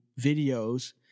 videos